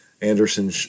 Anderson